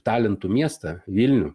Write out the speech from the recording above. talentų miestą vilnių